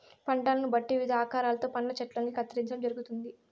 పంటలను బట్టి వివిధ ఆకారాలలో పండ్ల చెట్టల్ని కత్తిరించడం జరుగుతుంది